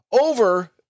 over